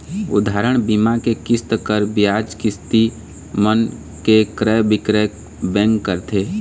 उदाहरन, बीमा के किस्त, कर, बियाज, किस्ती मन के क्रय बिक्रय बेंक करथे